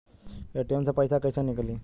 ATM से पैसा कैसे नीकली?